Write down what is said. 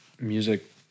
music